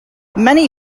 many